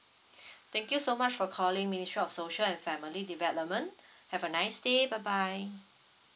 thank you so much for calling ministry of social and family development have a nice day bye bye